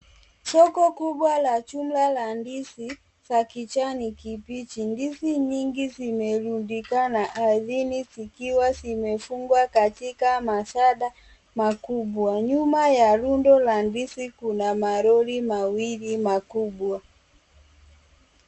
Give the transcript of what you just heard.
Soko kubwa la jumla la ndizi za kijani kibichi. Ndizi nyingi zimerundikana ardhini zikiwa zimefungwa katika mashada makubwa. Nyuma ya rundo la ndizi kuna malori mawili makubwa.